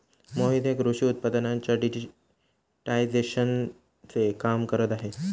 मोहित हे कृषी उत्पादनांच्या डिजिटायझेशनचे काम करत आहेत